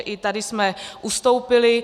I tady jsme ustoupili.